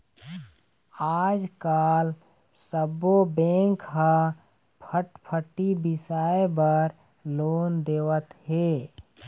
आजकाल सब्बो बेंक ह फटफटी बिसाए बर लोन देवत हे